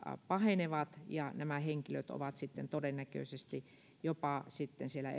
pahenevat ja nämä henkilöt ovat todennäköisesti jopa sitten siellä